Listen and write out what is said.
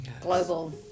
global